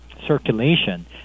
circulation